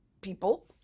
people